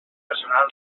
personal